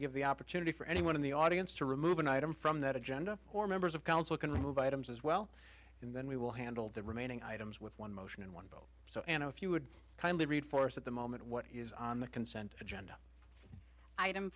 give the opportunity for anyone in the audience to remove an item from that agenda or members of council can remove items as well and then we will handle the remaining items with one motion and one vote so and if you would kindly read for us at the moment what is on the consent agenda item